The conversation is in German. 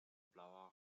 blauer